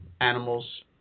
animals